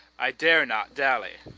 i dare not dally.